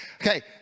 okay